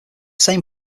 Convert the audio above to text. same